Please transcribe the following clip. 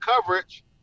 coverage